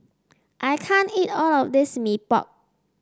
I can't eat all of this Mee Pok